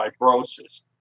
fibrosis